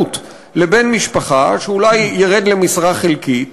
התפנות של בן-משפחה, שאולי ירד למשרה חלקית